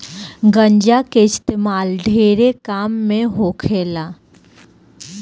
गांजा के इस्तेमाल ढेरे काम मे होखेला